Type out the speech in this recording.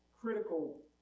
critical